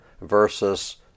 versus